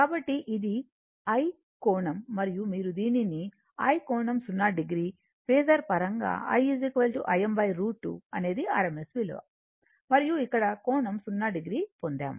కాబట్టి ఇది i కోణం మరియు మీరు దీనిని i కోణం 0 o ఫేసర్ పరంగా I Im √ 2 అనేది rms విలువ మరియు ఇక్కడ కోణం 0 o పొందాము